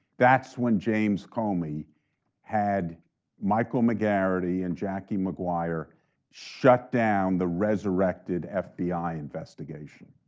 that's when james comey had michael mcgarrity and jackie maguire shut down the resurrected ah fbi investigation.